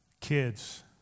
Kids